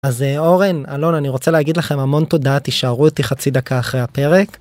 אז אורן, אלון, אני רוצה להגיד לכם המון תודה, תישארו איתי חצי דקה אחרי הפרק.